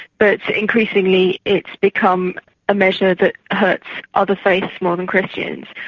but increasingly, it's become a measure that hurts other faiths more than christians,